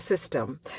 system